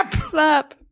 Slap